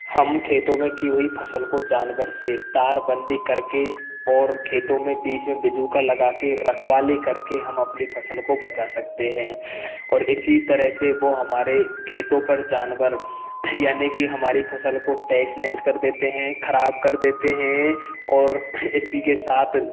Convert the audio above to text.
हम खेतों में की हुई फसल को जानवर से तार बंदी करके और खेतो में बीच में बिजूका लगाके रखवाली करके हम अपनी फसल को बचा सकते हैं और इसी तरह से वो हमारे खेतों पर जानवर यानि कि हमारी फसल को तहस नहस कर देते हैं खराब कर देते हैं और इसी के साथ